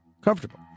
comfortable